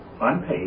Unpaid